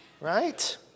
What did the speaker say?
right